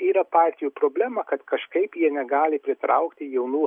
yra partijų problema kad kažkaip jie negali pritraukti jaunų